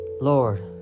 Lord